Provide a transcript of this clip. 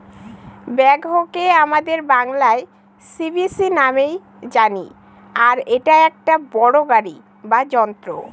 ব্যাকহোকে আমাদের বাংলায় যেসিবি নামেই জানি আর এটা একটা বড়ো গাড়ি বা যন্ত্র